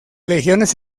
legiones